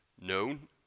known